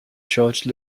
george